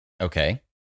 okay